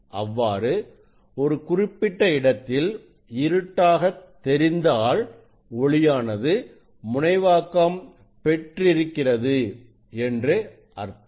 அவ்வாறு ஒரு குறிப்பிட்ட இடத்தில் இருட்டாக தெரிந்தால் ஒளியானது முனைவாக்கம் பெற்றிருக்கிறது என்று அர்த்தம்